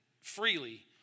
freely